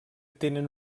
tenen